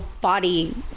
body